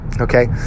Okay